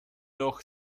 noch